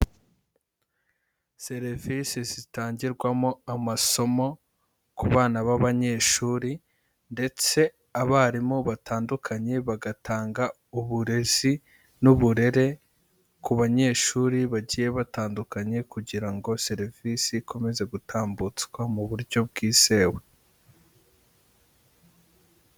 Serivise zitangirwamo amasomo ku bana b'abanyeshuri ndetse abarimu batandukanye bagatanga uburezi n'uburere ku banyeshuri bagiye batandukanye kugira ngo serivisi ikomeze gutambutswa mu buryo bwizewe.